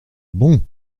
bon